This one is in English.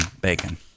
bacon